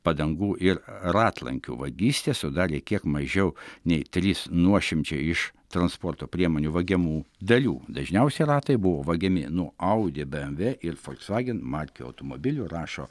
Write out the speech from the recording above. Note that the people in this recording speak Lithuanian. padangų ir ratlankių vagystės sudarė kiek mažiau nei trys nuošimčiai iš transporto priemonių vagiamų dalių dažniausiai ratai buvo vagiami nuo audi bmw ir folksvagen markių automobilių rašo